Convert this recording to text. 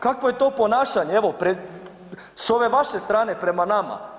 Kakvo je to ponašanje evo s ove vaše strane prema nama?